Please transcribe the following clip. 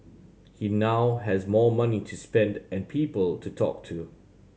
he now has more money to spend and people to talk to